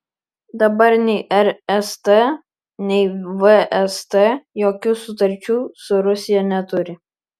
dabar nei rst nei vst jokių sutarčių su rusija neturi